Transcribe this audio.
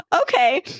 Okay